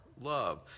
love